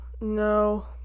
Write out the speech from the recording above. No